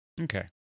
Okay